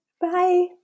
Bye